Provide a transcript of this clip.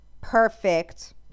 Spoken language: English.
Perfect